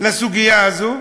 לסוגיה הזאת,